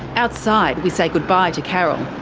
outside, we say goodbye to carol.